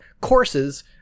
courses